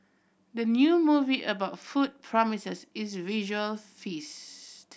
the new movie about food promises is a visual feast